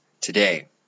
today